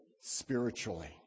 spiritually